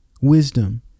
wisdom